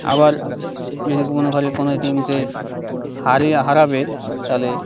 আবার যদি কোনো খালি কোনো টিমকে হারিয়ে হারাবে তাহলে